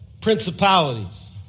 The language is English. principalities